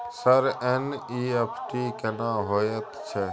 Sir NEFT केना होयत छै?